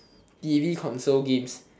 t_v console games